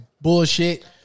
bullshit